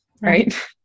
right